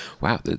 Wow